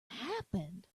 happened